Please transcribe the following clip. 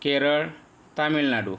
Kerala Tamil Nadu